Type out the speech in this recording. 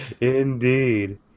Indeed